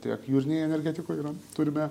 tiek jūrinėj energetikoj turime